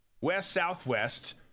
west-southwest